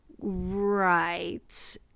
Right